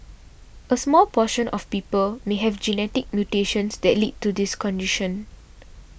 a small portion of people may have genetic mutations that lead to this condition